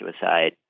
suicide